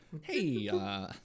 Hey